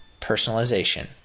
Personalization